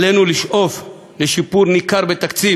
עלינו לשאוף לשיפור ניכר בתקציב,